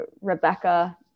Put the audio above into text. Rebecca